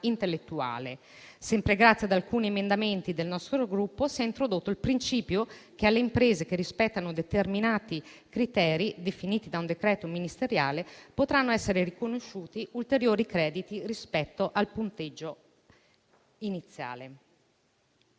intellettuale. Sempre grazie ad alcuni emendamenti del nostro Gruppo, si è introdotto il principio che alle imprese che rispettano determinati criteri, definiti da un decreto ministeriale, potranno essere riconosciuti ulteriori crediti rispetto al punteggio iniziale.